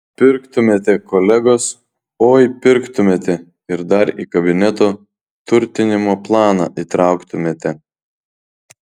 pirktumėte kolegos oi pirktumėte ir dar į kabineto turtinimo planą įtrauktumėte